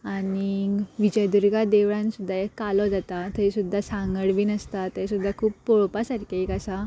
आनीग विजयदुर्गा देवळान सुद्दां एक कालो जाता थंय सुद्दां सांगड बीन आसता थंय सुद्दां खूब पळोवपा सारकें एक आसा